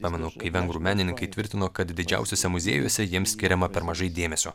pamenu kai vengrų menininkai tvirtino kad didžiausiuose muziejuose jiems skiriama per mažai dėmesio